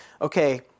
okay